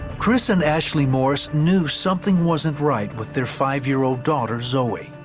chris and ashley morris knew something wasn't right with their five year old daughter zoe.